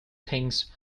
things